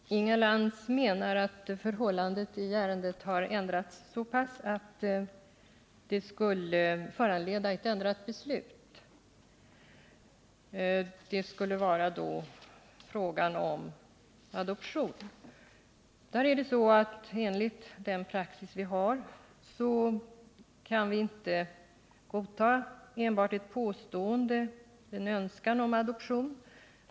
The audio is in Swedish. Herr talman! Inga Lantz menar att förhållandena i ärendet har ändrats så pass att det skulle föranleda ett ändrat beslut. Orsaken skulle vara frågan om adoption. Enligt rådande praxis kan vi inte godta enbart ett påstående eller en önskan om adoption.